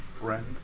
friend